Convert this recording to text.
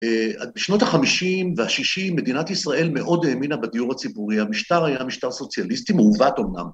‫בשנות ה-50 וה-60, ‫מדינת ישראל מאוד האמינה בדיור הציבורי. ‫המשטר היה משטר סוציאליסטי, ‫מעוות אומנם.